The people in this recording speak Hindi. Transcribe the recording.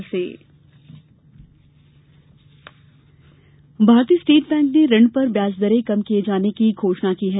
ब्याज दर भारतीय स्टेट बैंक ने ऋण पर ब्याज दरें कम किये जाने की घोषणा की है